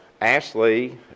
Ashley